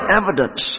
evidence